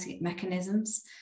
mechanisms